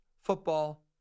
football